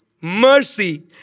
mercy